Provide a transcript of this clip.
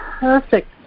perfect